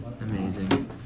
Amazing